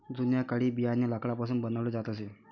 जुन्या काळी बियाणे लाकडापासून बनवले जात असे